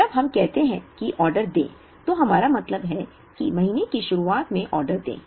जब हम कहते हैं कि ऑर्डर दें तो हमारा मतलब है कि महीने की शुरुआत में ऑर्डर दें